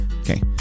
Okay